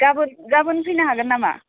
गाबोन फैनो हागोन नामा